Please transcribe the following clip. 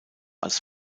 als